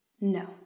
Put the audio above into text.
No